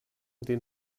den